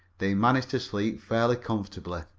they managed to sleep fairly comfortably.